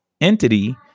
entity